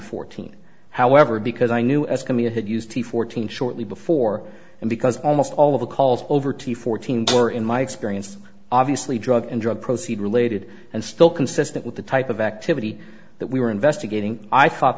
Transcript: fourteen however because i knew as could be a had used the fourteen shortly before and because almost all of the calls over two hundred fourteen were in my experience obviously drug and drug proceed related and still consistent with the type of activity that we were investigating i thought